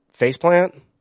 Faceplant